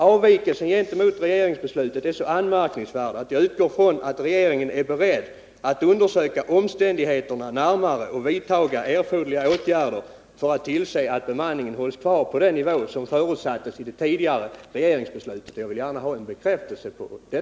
Avvikelsen från regeringsbeslutet är så anmärkningsvärd att jag utgår ifrån att regeringen är beredd att undersöka omständigheterna närmare och vidta erforderliga åtgärder för att tillse att bemanningen hålls kvar på den nivå som förutsattes i det tidigare regeringsbeslutet. Jag vill gärna ha en bekräftelse på det.